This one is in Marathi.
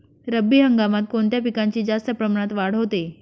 रब्बी हंगामात कोणत्या पिकांची जास्त प्रमाणात वाढ होते?